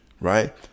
right